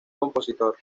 compositor